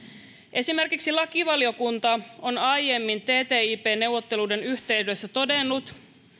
esimerkiksi lakivaliokunta on aiemmin ttip neuvotteluiden yhteydessä todennut